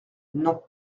non